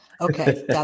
Okay